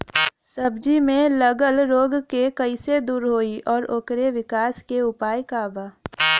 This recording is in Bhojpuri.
सब्जी में लगल रोग के कइसे दूर होयी और ओकरे विकास के उपाय का बा?